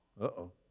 Uh-oh